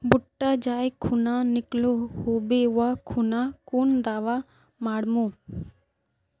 भुट्टा जाई खुना निकलो होबे वा खुना कुन दावा मार्मु?